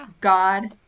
God